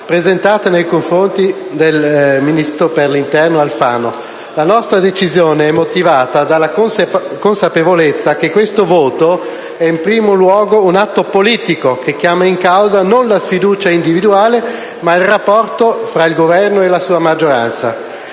presentata nei confronti del ministro dell'interno Alfano. La nostra decisione è motivata dalla consapevolezza che questo voto è in primo luogo un atto politico che chiama in causa non la sfiducia individuale, ma il rapporto fra il Governo e la sua maggioranza.